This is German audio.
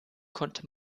konnte